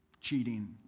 cheating